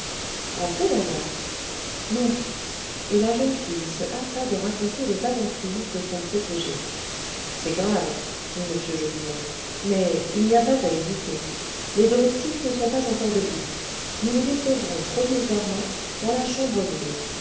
entrez alors non et la jeune fille se hâta de raconter les aventures de son protégé c'est grave dit m jobinet mais il n'y a pas à hésiter les domestiques ne sont pas encore debout nous le déposerons provisoirement dans la chambre bleue